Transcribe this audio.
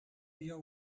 your